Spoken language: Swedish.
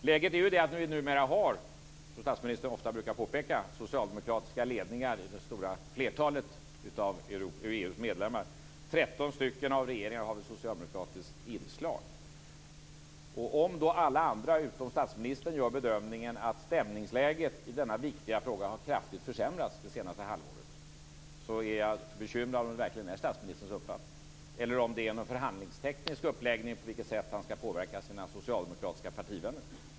Läget är ju det att vi numera har - som statsministern ofta brukar påpeka - socialdemokratiska ledningar i det stora flertalet av EU:s medlemsländer, 13 av regeringarna har ett socialdemokratiskt inslag. Om alla andra utom statsministern gör bedömningen att stämningsläget i denna viktiga fråga kraftigt har försämrats under det senaste halvåret är jag bekymrad över om det verkligen är statsministerns uppfattning, eller om det är en förhandlingsteknisk uppläggning på vilket sätt han skall kunna påverka sina socialdemokratiska partivänner.